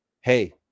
Hey